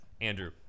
Andrew